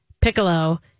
Piccolo